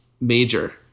major